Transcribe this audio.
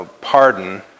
pardon